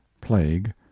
plague